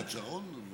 בתקופת שרון?